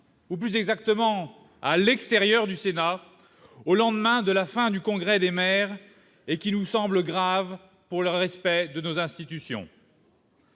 plus exactement à l'extérieur du Sénat au lendemain de la fin du Congrès des maires -, et qui nous semble grave pour le respect de nos institutions.